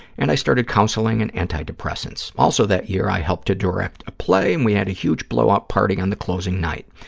and i started counseling and antidepressants. also that year, i helped to direct a play and we had a huge blowout party on the closing night.